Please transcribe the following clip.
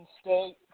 State